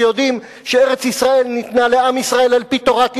שיודעים שארץ-ישראל ניתנה לעם ישראל על-פי תורת ישראל,